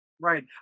Right